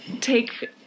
take